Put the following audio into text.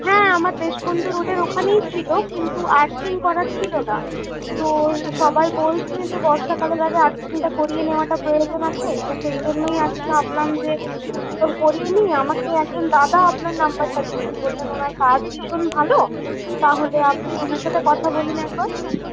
হ্যাঁ আমার দেশবন্ধু রোডের ওখানেই ছিলো কিন্তু আর্থিং করা ছিলো না তো সবাই বলছে যে বর্ষাকালে যাতে আর্থিংটা করিয়ে নেওয়াটা প্রয়োজন আছে তো সেই জন্যই আর কি ভাবলাম যে করিয়ে নিই আমাকে একজন দাদা আপনাকে নাম্বারটা দিলেন বললেন ওনার কাজ ভীষণ ভালো তাহলে আপনি ওনার সাথে কথা বলুন একবার